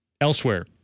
Elsewhere